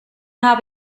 habe